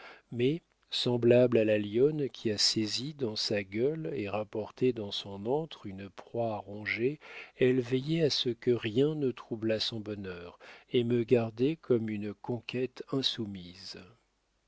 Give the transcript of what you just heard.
mais semblable à la lionne qui a saisi dans sa gueule et rapporté dans son antre une proie à ronger elle veillait à ce que rien ne troublât son bonheur et me gardait comme une conquête insoumise